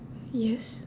yes